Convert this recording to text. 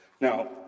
now